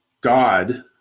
God